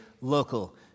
local